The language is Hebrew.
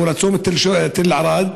או לצומת תל ערד,